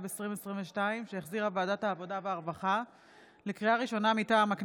אותך לסדר בפעם הראשונה, חבר